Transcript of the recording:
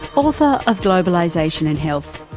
author of globalization and health.